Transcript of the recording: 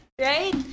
Right